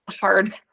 hard